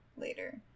later